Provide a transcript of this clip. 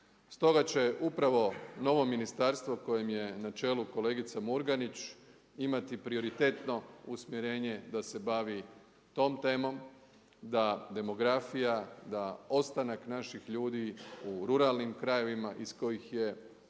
Stoga će upravo novo ministarstvo kojem je na čelu kolegica Murganić imati prioritetno usmjerenje da se bavi tom temom, da demografija, da ostanak naših ljudi u ruralnim krajevima iz kojih je prema